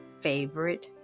favorite